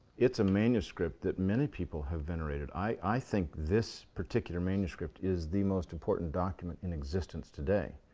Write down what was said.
it's a manuscript that many people have venerated. i think this particular manuscript is the most important document in existence today.